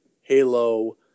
Halo